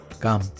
Come